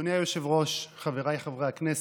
אדוני היושב-ראש, חבריי חברי הכנסת,